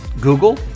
Google